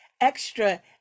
extra